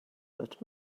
but